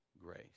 grace